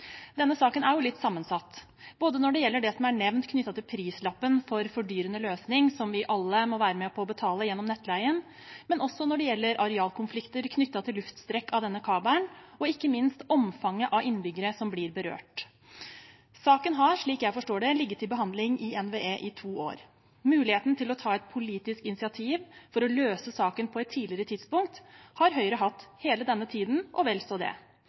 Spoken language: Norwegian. Denne saken er jo litt sammensatt, både når det gjelder det som er nevnt knyttet til prislappen for fordyrende løsning – som vi alle må være med på å betale gjennom nettleien – og når det gjelder arealkonflikter knyttet til luftstrekk av denne kabelen, og ikke minst omfanget av innbyggere som blir berørt. Saken har, slik jeg forstår det, ligget til behandling i NVE i to år. Muligheten til å ta et politisk initiativ for å løse saken på et tidligere tidspunkt har Høyre hatt hele denne tiden – og vel så det